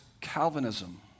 Calvinism